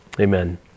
Amen